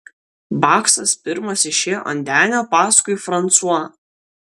baksas pirmas išėjo ant denio paskui fransuą